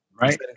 right